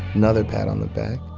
another pat on the back